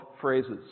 phrases